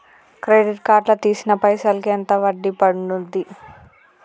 Credit card లా తీసిన పైసల్ కి ఎంత వడ్డీ పండుద్ధి?